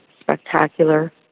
spectacular